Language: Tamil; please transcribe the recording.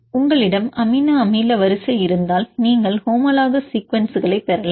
உங்களிடம் அமினோ அமில வரிசை இருந்தால் நீங்கள் ஹோமோலோகோஸ் சீக்வென்ஸ்களைப் பெறலாம்